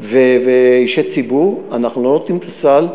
ואישי ציבור אנחנו לא נותנים את הסל,